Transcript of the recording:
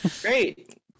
Great